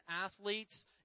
athletes